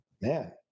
man